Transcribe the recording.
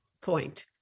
point